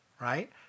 right